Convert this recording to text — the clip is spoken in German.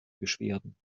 beschwerden